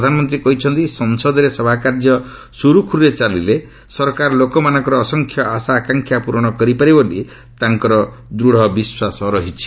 ପ୍ରଧାନମନ୍ତ୍ରୀ କହିଛନ୍ତି ସଂସଦରେ ସଭାକାର୍ଯ୍ୟ ସୁରୁଖୁରୁରେ ଚାଲିଲେ ସରକାର ଲୋକମାନଙ୍କର ଅସଂଖ୍ୟ ଆଶା ଆକାଙ୍କ୍ଷା ପୂରଣ କରିପାରିବେ ବୋଲି ତାଙ୍କର ଦୃଢ଼ ବିଶ୍ୱାସ ରହିଛି